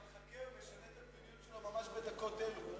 אבל חכה, הוא משנה את המדיניות שלו ממש בדקות אלה.